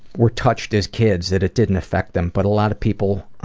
were touched as kids that it didn't affect them, but a lot of people,